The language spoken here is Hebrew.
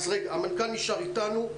המנכ"ל נשאר איתנו.